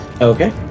Okay